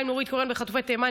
לבוא ולהגיד: חטופי תימן,